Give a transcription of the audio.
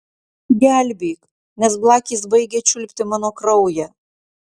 gelbėk nes blakės baigia čiulpti mano kraują